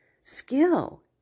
skill